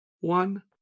one